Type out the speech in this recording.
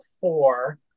four